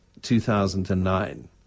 2009